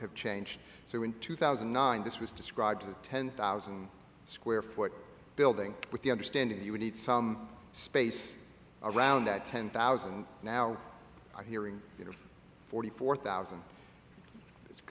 have changed so in two thousand and nine this was described as a ten thousand square foot building with the understanding you would need some space around that ten thousand now i'm hearing you know forty four thousand it's